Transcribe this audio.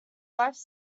wife